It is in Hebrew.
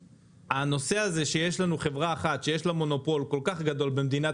זה שיש חברה אחת שיש לה מונופול כל כך גדול במדינת